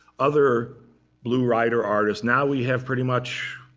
other blue rider artists now we have pretty much